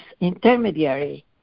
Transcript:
intermediary